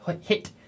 hit